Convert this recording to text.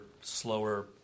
slower